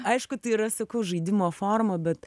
aišku tai yra sakau žaidimo forma bet